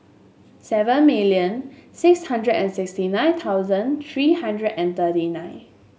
seven million six hundred and sixty nine thousand three hundred and thirty nine